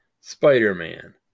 Spider-Man